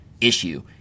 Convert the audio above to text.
issue